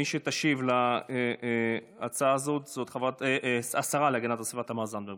מי שתשיב על ההצעה הזאת זו השרה להגנת הסביבה תמר זנדברג.